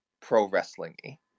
pro-wrestling-y